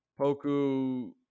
Poku